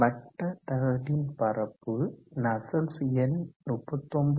வட்ட தகடின் பரப்பு நஸ்சல்ட்ஸ் எண் 39